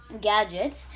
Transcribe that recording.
gadgets